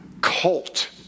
cult